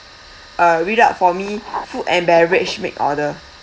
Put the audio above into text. uh read out for me food and beverage make order